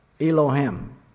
Elohim